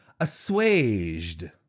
assuaged